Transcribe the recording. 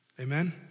Amen